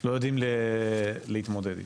לא יודעים להתמודד איתו.